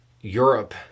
Europe